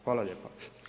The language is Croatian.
Hvala lijepa.